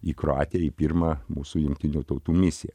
į kroatiją į pirmą mūsų jungtinių tautų misiją